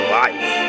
life